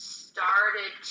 started